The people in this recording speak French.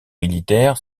militaire